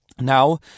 Now